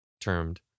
termed